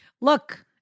look